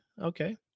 Okay